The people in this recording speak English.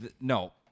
No